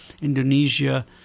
Indonesia